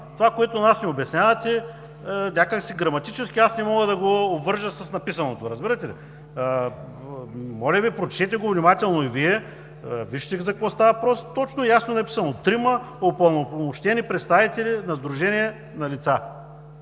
Това, което ни обяснявате, граматически не мога да го обвържа с написаното, разбирате ли? Моля Ви, прочетете го внимателно и вижте за какво става въпрос. Точно и ясно е написано: „трима упълномощени представители на сдружения на лица“.